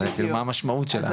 היום, כאילו מה המשמעות שלה.